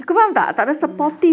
mm